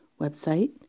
website